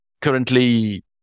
Currently